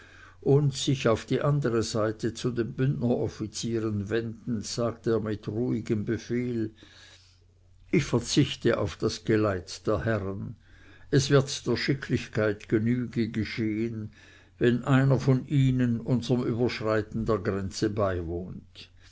und sich auf die andere seite zu den bündneroffizieren wendend sagte er mit ruhigem befehl ich verzichte auf das geleit der herren es wird der schicklichkeit genüge geschehen wenn einer von ihnen unserm überschreiten der grenze beiwohnt